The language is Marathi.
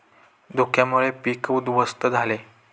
धुक्यामुळे पीक उध्वस्त झाले